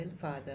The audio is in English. father